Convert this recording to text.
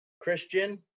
Christian